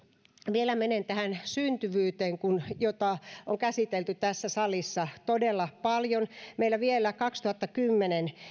vielä menen tähän syntyvyyteen jota on käsitelty tässä salissa todella paljon meillä vielä kaksituhattakymmenen